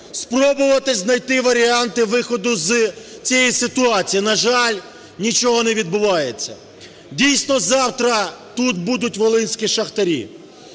спробувати знайти варіанти виходу з цієї ситуації. На жаль, нічого не відбувається. Дійсно, завтра тут будуть волинські шахтарі,